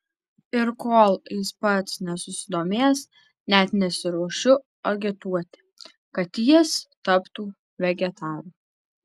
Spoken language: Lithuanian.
ir kol jis pats nesusidomės net nesiruošiu agituoti kad jis taptų vegetaru